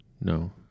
No